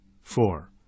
Four